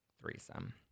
threesome